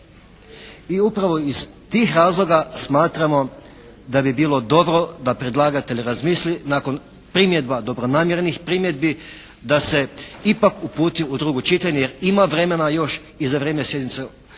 I upravo iz tih razloga smatramo da bi bilo dobro da predlagatelj razmisli nakon primjedba, dobrojanmjernih primjedbi da se ipak uputi u drugo čitanje, jer ima vremena još i za vrijeme sjednice, i za